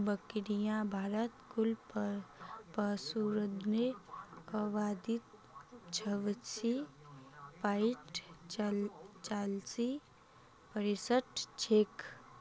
बकरियां भारतत कुल पशुधनेर आबादीत छब्बीस पॉइंट चालीस परसेंट छेक